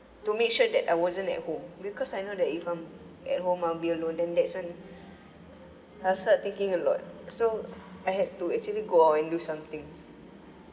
to make sure that I wasn't at home because I know that if I'm at home I'll be alone then that's when I'll start thinking a lot so I had to actually go out and do something